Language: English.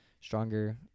stronger